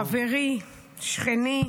חברי, שכני,